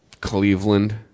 Cleveland